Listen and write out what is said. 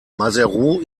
maseru